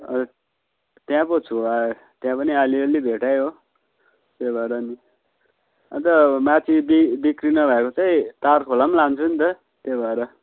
त्यहाँ पो छु त्यहाँ पनि अलिअलि भेटायो त्यही भएर नि अन्त माथि बि बिक्री नभएको चाहिँ तारखोला पनि लान्छु नि त त्यही भएर